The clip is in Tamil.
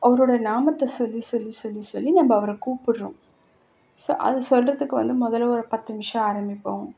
அவரோடய நாமத்தை சொல்லி சொல்லி சொல்லி சொல்லி நம்ம அவரை கூப்பிட்றோம் ஸோ அது சொல்கிறத்துக்கு வந்து முதல்ல ஒரு பத்து நிமிஷம் ஆரம்பிப்போம்